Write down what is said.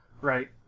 right